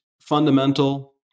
fundamental